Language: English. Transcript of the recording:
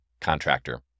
contractor